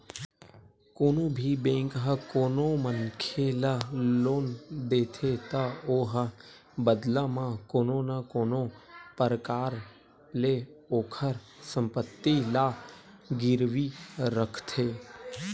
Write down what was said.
कोनो भी बेंक ह कोनो मनखे ल लोन देथे त ओहा बदला म कोनो न कोनो परकार ले ओखर संपत्ति ला गिरवी रखथे